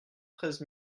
treize